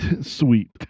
Sweet